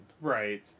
Right